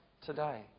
today